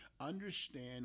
understand